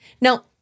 Now